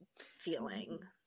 feeling